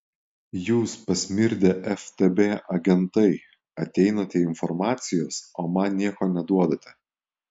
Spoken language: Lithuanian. jūs pasmirdę ftb agentai ateinate informacijos o man nieko neduodate